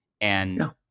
And-